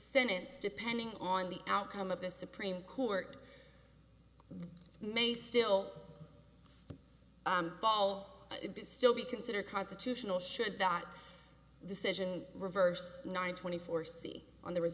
sentence depending on the outcome of the supreme court may still fall still be considered constitutional should that decision reversed nine twenty four see on the re